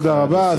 תודה רבה.